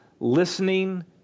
Listening